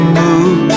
move